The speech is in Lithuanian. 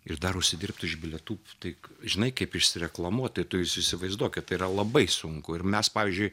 ir dar užsidirbti iš bilietų tik žinai kaip išsireklamuot tai tu jūs įsivaizduokit yra labai sunku ir mes pavyzdžiui